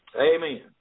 Amen